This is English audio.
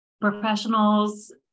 professionals